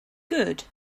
good